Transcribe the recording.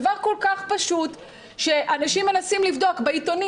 דבר כל כך פשוט שאנשים מנסים לבדוק בעיתונים